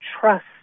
trust